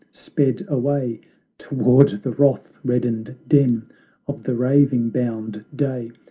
sped away toward the wrath-reddened den of the raving, bound day.